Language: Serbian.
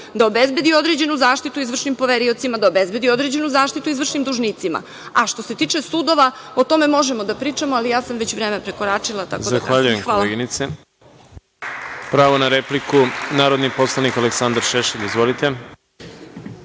da obezbedi određenu zaštitu izvršnim poveriocima, da obezbedi određenu zaštitu izvršnim dužnicima. A, što se tiče sudova, o tome možemo da pričamo, ali ja sam već vreme prekoračila. Hvala. **Đorđe Milićević** Zahvaljujem, koleginice. Pravo na repliku ima narodni poslanik Aleksandar Šešelj. Izvolite.